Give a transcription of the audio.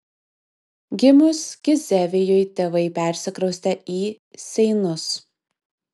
gimus gizevijui tėvai persikraustė į seinus